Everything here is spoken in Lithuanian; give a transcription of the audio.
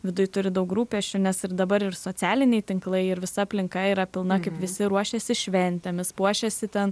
viduj turi daug rūpesčių nes ir dabar ir socialiniai tinklai ir visa aplinka yra pilna kaip visi ruošiasi šventėmis puošiasi ten